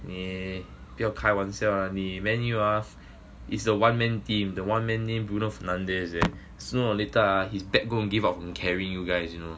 你不要开玩笑 leh 你 man U ah is a one man team the one man named bruno fernandes and soon or later his back gonna give up from carrying you guys you know